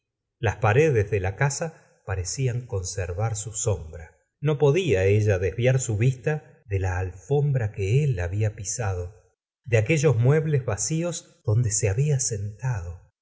las paredes de la casa parecían conservar su sombra no podía ella desviar su vista de la alfombra que él había pisado de aquellos muebles vacíos donde se había sentado